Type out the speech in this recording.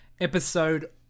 episode